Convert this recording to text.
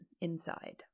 inside